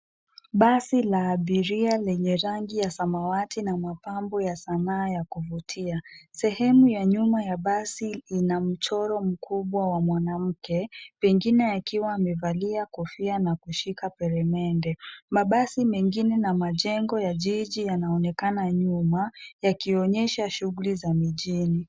Basi la abiria ama rangi ya samawati na mapambo ya Sanaa ya kuvutia. Sehemu ya nyuma ya basi ina mchoro mkubwa wa manamke pengine akiwa amevalia kofia na kushika peremende. Mabasi mengine na majengo ya jiji yanaonekana nyuma yakionyesha shughuli za mijini.